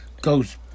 goes